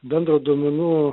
bendro duomenų